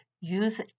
use